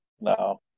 No